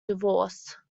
divorce